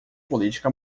política